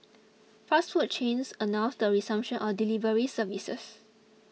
fast food chains announced the resumption of delivery services